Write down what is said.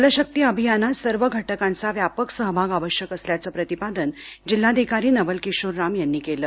जलशक्ती अभियानात सर्व घटकांचा व्यापक सहभाग आवश्यक असल्याचं प्रतिपादन जिल्हाधिकारी नवल किशोर राम यांनी केलं